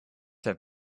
have